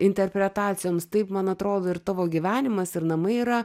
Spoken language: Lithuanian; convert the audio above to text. interpretacijoms taip man atrodo ir tavo gyvenimas ir namai yra